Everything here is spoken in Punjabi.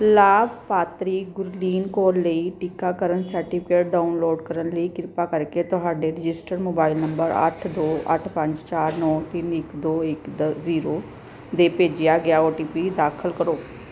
ਲਾਭਪਾਤਰੀ ਗੁਰਲੀਨ ਕੌਰ ਲਈ ਟੀਕਾਕਰਨ ਸਰਟੀਫਿਕੇਟ ਡਾਊਨਲੋਡ ਕਰਨ ਲਈ ਕਿਰਪਾ ਕਰਕੇ ਤੁਹਾਡੇ ਰਜਿਸਟਰਡ ਮੋਬਾਈਲ ਨੰਬਰ ਅੱਠ ਦੋ ਅੱਠ ਪੰਜ ਚਾਰ ਨੌਂ ਤਿੰਨ ਇੱਕ ਦੋ ਇੱਕ ਜ਼ੀਰੋ 'ਤੇ ਭੇਜਿਆ ਗਿਆ ਓ ਟੀ ਪੀ ਦਾਖਲ ਕਰੋ